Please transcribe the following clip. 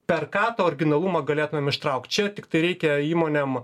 per ką tą originalumą galėtumėm ištraukt čia tiktai reikia įmonėm